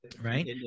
Right